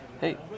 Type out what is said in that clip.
hey